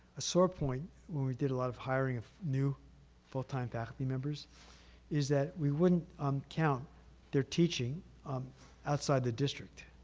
a sore point when we did a lot of hiring of new full-time faculty members is that we would not um count their teaching um outside the district.